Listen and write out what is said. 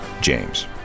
James